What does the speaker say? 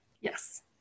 Yes